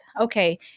okay